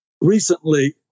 recently